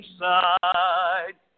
side